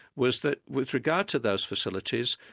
was that with regard to those facilities,